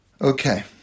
Okay